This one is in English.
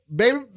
baby